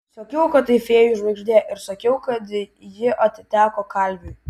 sakiau kad tai fėjų žvaigždė ir sakiau kad ji atiteko kalviui